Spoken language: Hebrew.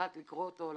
לקרוא אותו?